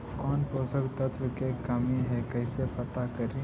कौन पोषक तत्ब के कमी है कैसे पता करि?